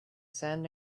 sand